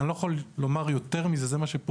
אני לא יכול לומר יותר מזה, זה מה שפורסם,